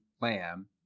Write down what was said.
Lamb